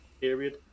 period